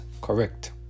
correct